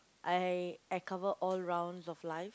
I I cover all rounds of life